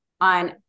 on